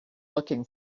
looking